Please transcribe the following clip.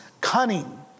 cunning